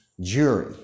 jury